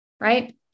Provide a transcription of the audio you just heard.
right